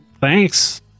thanks